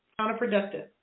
counterproductive